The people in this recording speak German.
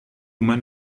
mein